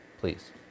please